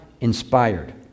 inspired